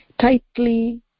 Tightly